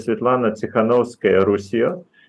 sviatlana cichanouskaja rusijoj